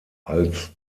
als